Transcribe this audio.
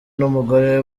n’umugore